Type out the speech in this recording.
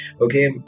okay